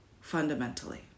fundamentally